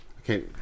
Okay